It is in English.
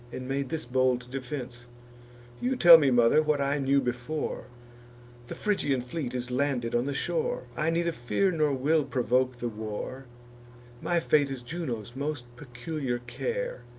and made this bold defense you tell me, mother, what i knew before the phrygian fleet is landed on the shore. i neither fear nor will provoke the war my fate is juno's most peculiar care.